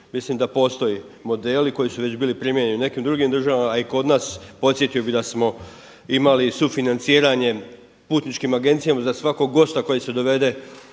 Mislim da postoje modeli koji su već bili primijenjeni u nekim drugim državama, a i kod nas. Podsjetio bih da smo imali sufinanciranje putničkim agencijama za svakog gosta koji se dovede